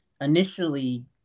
initially